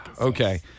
Okay